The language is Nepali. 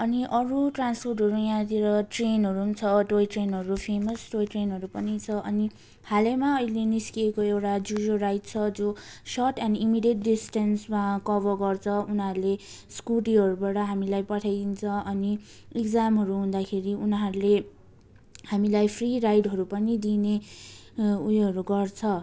अनि अरू ट्रान्सपोर्टहरू यहाँतिर ट्रेनहरू पनि छ टोय ट्रेनहरू फेमस टोय ट्रेनहरू पनि छ अनि हालैमा अहिले निस्किएको एउटा जोजो राइड्स छ जो सर्ट एन्ड इम्मिडियट डिस्टेन्समा कभर गर्छ उनीहरूले स्कुटीहरूबाट हामीलाई पठाइदिन्छ अनि इक्जामहरू हुँदाखेरि उनीहरूले हामीलाई फ्री राइडहरू पनि दिने उयोहरू गर्छ